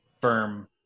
firm